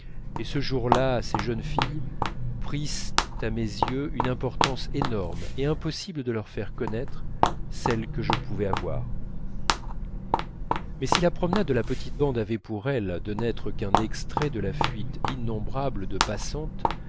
et ce jour-là ces jeunes filles prissent à mes yeux une importance énorme et impossible de leur faire connaître celle que je pouvais avoir mais si la promenade de la petite bande avait pour elle de n'être qu'un extrait de la fuite innombrable de passantes